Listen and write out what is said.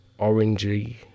orangey